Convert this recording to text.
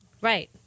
right